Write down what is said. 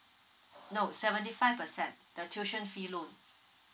no seventy five percent the tuition fee loan